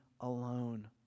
alone